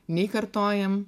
nei kartojam